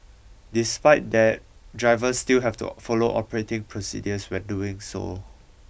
despite that drivers still have to follow operating procedures when doing so